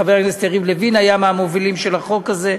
חבר הכנסת יריב לוין היה מהמובילים של החוק הזה,